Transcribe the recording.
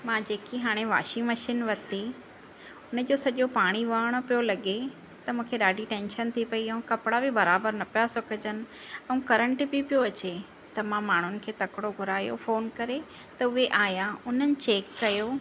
मां जेकी हाणे वॉशिंग मशीन वरिती हुनजो सॼो पाणी वहण पियो लॻे त मूंखे ॾाढी टेंशन थी पई ऐं कपिड़ा बि बराबरि न पिया सुकिजनि ऐं करंट बि पियो अचे त मां माण्हुनि खे तकिड़ो घुरायो फोन करे त उहे आया उन्हनि चैक कयो